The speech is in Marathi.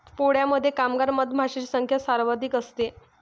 पोळ्यामध्ये कामगार मधमाशांची संख्या सर्वाधिक असते